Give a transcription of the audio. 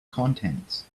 contents